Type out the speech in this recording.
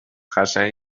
خشن